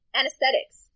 anesthetics